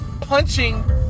punching